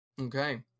Okay